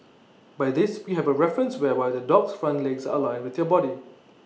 by this we have A reference whereby the dog's front legs are aligned with your body